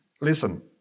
listen